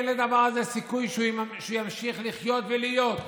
אין לדבר הזה סיכוי שהוא ימשיך לחיות ולהיות.